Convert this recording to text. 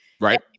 Right